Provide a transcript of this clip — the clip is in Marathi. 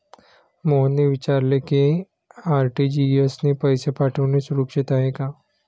मोहनने विचारले की आर.टी.जी.एस ने पैसे पाठवणे सुरक्षित आहे का?